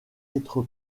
être